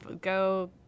go